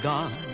God